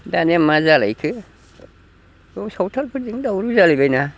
दानिया मा जालायखो सावथालफोरजों दावराव जालायबाय ना